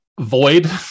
void